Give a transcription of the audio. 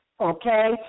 okay